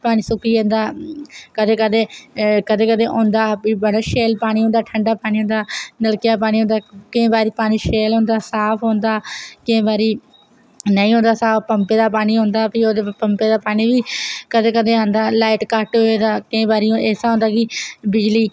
पानी सुक्की जंदा कदैं कदैं औंदा फ्ही बड़ा शैल पानी औंदा ठंडा पानी औंदा नलकें दा पानी औंदे कदैं शैल होंदा केईं बारी नेईं होंदा साफ पंपे दा पानी होंदा कदैं कदैं औंदा लाई घट्ट होऐ तां बिजली